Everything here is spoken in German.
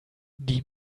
die